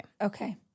Okay